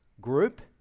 group